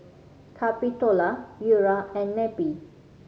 Capitola Eura and Neppie